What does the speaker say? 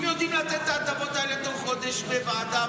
אם יודעים לתת את ההטבות האלה תוך חודש בוועדה,